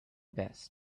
best